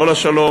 לא לשלום,